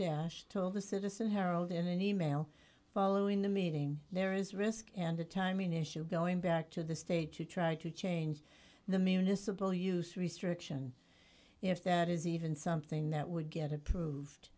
dash told the citizen herald in an email following the meeting there is risk and the timing issue going back to the state to try to change the municipal use restriction if that is even something that would get approved